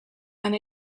and